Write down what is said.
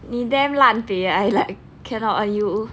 你 damn 烂 leh I like cannot ah you